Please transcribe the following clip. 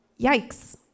Yikes